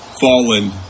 fallen